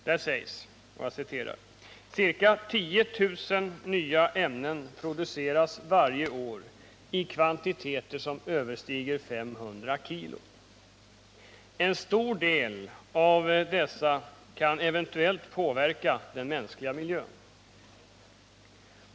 Där sägs: ”Ca 10 000 nya ämnen produceras varje år i kvantiteter som överstiger 500 kg. En stor del av dessa kan eventuellt påverka den mänskliga miljön.